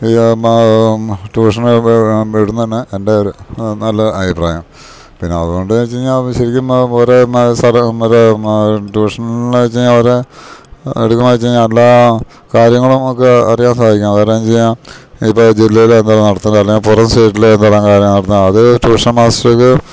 ഈ ട്യൂഷന് വിടുന്നത് തന്നെ എൻ്റെ ഒരു നല്ല അഭിപ്രായം പിന്നെ അതുകൊണ്ട്ന്ന്ച്ച്ഴിഞ്ഞാ ശരിക്കും അത് ഒരേ സ്ഥലവും അത് ട്യൂഷനന്ന്ച്ച്ഴിഞ്ഞാ അവർ എടുക്കാച്ച്ഴിഞ്ഞാ എല്ലാ കാര്യങ്ങളും ഒക്കെ അറിയാൻ സഹായിക്കാം കാരണെന്നാന്ന്ച്ച്ഴിഞ്ഞാ ഇപ്പം ജില്ലയിലെ എന്താ നടത്തണ അല്ലെങ്കിൽ പുറം സൈഡിൽ എന്തെല്ലാം കാര്യങ്ങൾ നടത്ത അത് ട്യൂഷൻ മാസ്റ്റർക്ക്